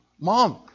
Mom